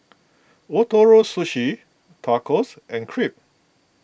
Ootoro Sushi Tacos and Crepe